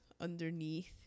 underneath